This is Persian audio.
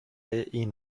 این